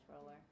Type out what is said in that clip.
roller